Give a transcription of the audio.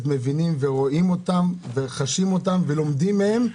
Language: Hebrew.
מבינים אותם וחשים אותם ולומדים מהם,